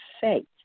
faith